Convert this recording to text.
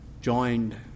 joined